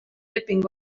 leping